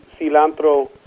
cilantro